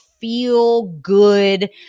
feel-good